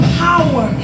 power